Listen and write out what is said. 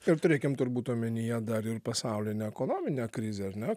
ir turėkim turbūt omenyje dar ir pasaulinę ekonominę krizę ar ne